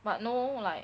but no like